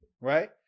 right